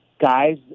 Guys